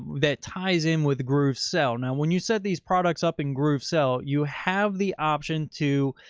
that ties in with groovesell. now, when you said these products up in groovesell, you have the option to,